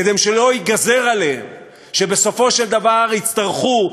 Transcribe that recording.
כדי שלא ייגזר עליהם שבסופו של דבר יצטרכו,